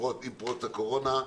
פרוץ הקורונה,